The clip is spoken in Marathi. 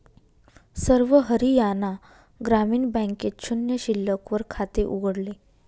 सर्व हरियाणा ग्रामीण बँकेत शून्य शिल्लक वर खाते उघडले